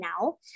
now